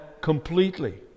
completely